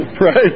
Right